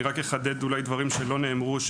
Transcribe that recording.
אולי רק אחדד דברים שלא נאמרו,